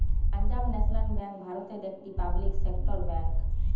Punjab national bank ভারতের একটি public sector bank